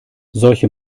solche